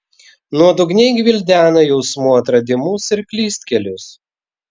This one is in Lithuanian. nuodugniai gvildena jausmų atradimus ir klystkelius